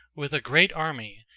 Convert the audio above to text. with a great army,